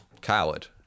Coward